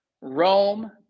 Rome